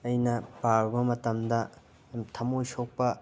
ꯑꯩꯅ ꯄꯥꯔꯨꯕ ꯃꯇꯝꯗ ꯊꯃꯣꯏ ꯁꯣꯛꯄ